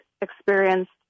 experienced